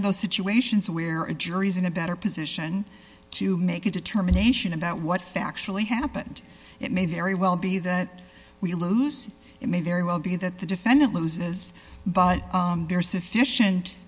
of those situations where a jury is in a better position to make a determination about what factually happened it may very well be that we lose it may very well be that the defendant loses but there is sufficient